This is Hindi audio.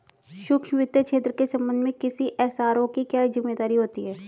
सूक्ष्म वित्त क्षेत्र के संबंध में किसी एस.आर.ओ की क्या जिम्मेदारी होती है?